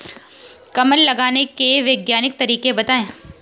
कमल लगाने के वैज्ञानिक तरीके बताएं?